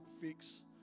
fix